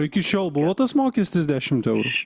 iki šiol buvo tas mokestis dešimt eurų